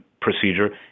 procedure